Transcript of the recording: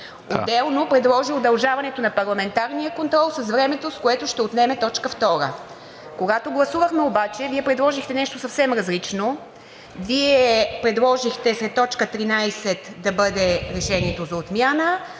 Отделно, предложи удължаването на парламентарния контрол с времето, което ще отнеме т. 2. Когато гласувахме обаче, Вие предложихте нещо съвсем различно – след т. 13 да бъде Решението за отмяна,